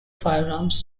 firearms